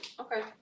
Okay